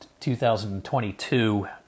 2022